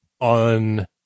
on